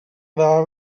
dda